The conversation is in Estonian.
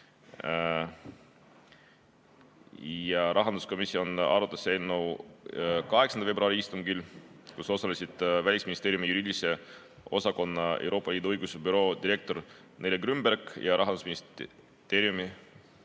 Rahanduskomisjon arutas eelnõu 8. veebruari istungil, kus osalesid Välisministeeriumi juriidilise osakonna Euroopa Liidu õiguse büroo direktor Nele Grünberg ja Rahandusministeeriumi